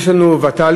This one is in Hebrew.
יש לנו ות"לים,